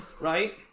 Right